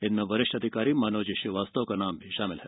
इनमें वरिष्ठ अधिकारी मनोज श्रीवास्तव का नाम भी शामिल है